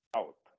out